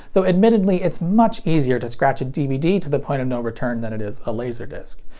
though admittedly it's much easier to scratch a dvd to the point of no return than it is a laserdisc.